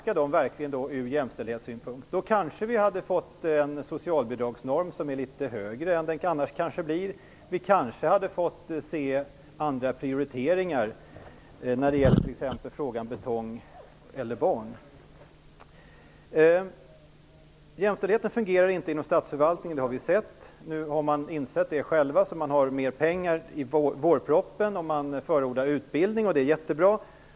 Om det varit så skulle vi kanske ha fått en socialbidragsnorm som varit litet högre än den annars blir. Vi hade kanske fått se andra pritoriteringar, t.ex. i frågan betong eller barn. Jämställdheten fungerar inte inom statsförvaltningen; det har vi sett. Nu har regeringen själv insett detta. Vårpropositionen ger mer pengar, och utbildning förordas. Det är jätterbra.